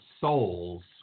Souls